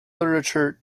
literature